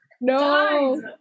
No